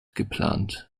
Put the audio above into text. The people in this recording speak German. geplant